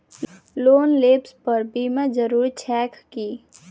Loan लेबऽ पर बीमा जरूरी छैक की?